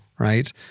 right